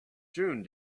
june